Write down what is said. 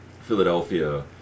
Philadelphia